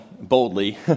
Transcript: boldly